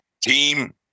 team